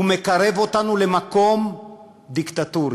הוא מקרב אותנו למקום דיקטטורי.